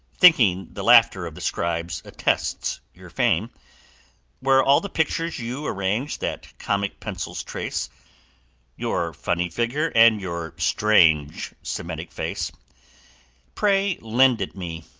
thinking the laughter of the scribes attests your fame where all the pictures you arrange that comic pencils trace your funny figure and your strange semitic face pray lend it me.